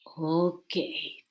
Okay